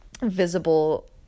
visible